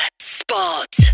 spot